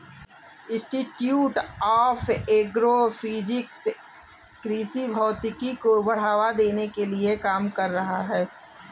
institute of agro physics कृषि भौतिकी को बढ़ावा देने के लिए काम कर रहा है